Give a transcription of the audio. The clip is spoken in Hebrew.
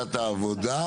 קבוצת "העבודה".